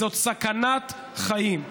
זאת סכנת חיים.